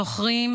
זוכרים